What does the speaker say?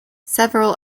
several